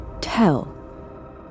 tell